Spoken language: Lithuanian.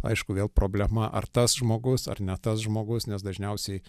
aišku vėl problema ar tas žmogus ar ne tas žmogus nes dažniausiai